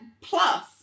plus